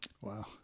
Wow